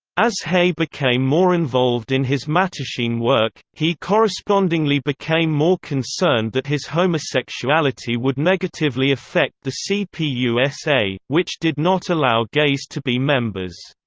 as hay became more involved in his mattachine work, he correspondingly became more concerned that his homosexuality would negatively affect the cpusa, which did not allow gays to be members.